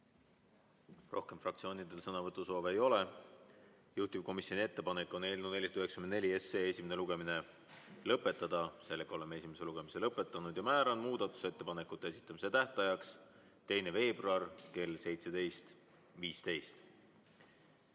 Rohkem fraktsioonidel sõnavõtusoove ei ole. Juhtivkomisjoni ettepanek on eelnõu 494 esimene lugemine lõpetada. Oleme esimese lugemise lõpetanud. Määran muudatusettepanekute esitamise tähtajaks 2. veebruari kell 17.15.